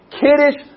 kiddish